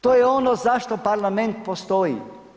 To je ono zašto parlament postoji.